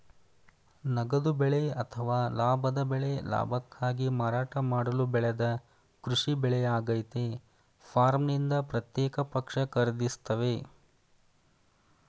ನಗದು ಬೆಳೆ ಅಥವಾ ಲಾಭದ ಬೆಳೆ ಲಾಭಕ್ಕಾಗಿ ಮಾರಾಟ ಮಾಡಲು ಬೆಳೆದ ಕೃಷಿ ಬೆಳೆಯಾಗಯ್ತೆ ಫಾರ್ಮ್ನಿಂದ ಪ್ರತ್ಯೇಕ ಪಕ್ಷ ಖರೀದಿಸ್ತವೆ